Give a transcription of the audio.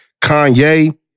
Kanye